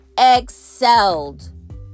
excelled